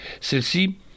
Celle-ci